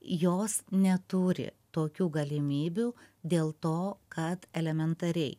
jos neturi tokių galimybių dėl to kad elementariai